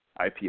IPO